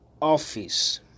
office